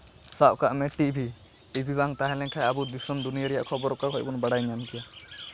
ᱥᱟᱵ ᱠᱟᱜ ᱢᱮ ᱴᱤᱵᱷᱤ ᱴᱤᱵᱷᱤ ᱵᱟᱝ ᱛᱟᱦᱮᱸ ᱞᱮᱱᱠᱷᱟᱡ ᱟᱵᱚ ᱫᱤᱥᱚᱢ ᱫᱩᱱᱭᱟᱹ ᱨᱮᱭᱟᱜ ᱠᱷᱚᱵᱚᱨ ᱚᱠᱟ ᱠᱷᱚᱡ ᱵᱚᱱ ᱵᱟᱲᱟᱭ ᱧᱟᱢ ᱠᱮᱭᱟ